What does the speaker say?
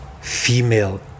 female